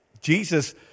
Jesus